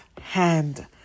hand